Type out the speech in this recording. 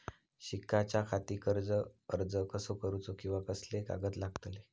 शिकाच्याखाती कर्ज अर्ज कसो करुचो कीवा कसले कागद लागतले?